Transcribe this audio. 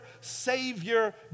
Savior